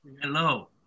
Hello